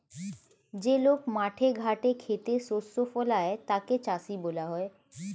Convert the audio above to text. যে লোক মাঠে ঘাটে খেতে শস্য ফলায় তাকে চাষী বলা হয়